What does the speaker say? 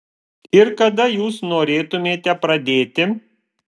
ir kada jūs norėtumėte pradėti